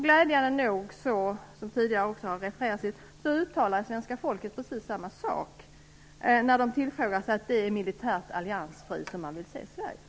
Glädjande nog, och som tidigare också har refererats till, uttalar svenska folket precis samma sak, när de tillfrågas: Man vill se Sverige som militärt alliansfritt.